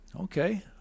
Okay